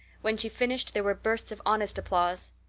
when she finished there were bursts of honest applause.